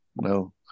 no